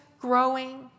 growing